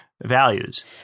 values